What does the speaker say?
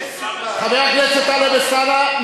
חבר הכנסת טלב אלסאנע,